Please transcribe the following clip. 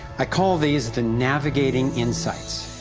i call these the navigating insights.